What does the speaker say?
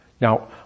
Now